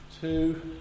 two